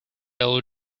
old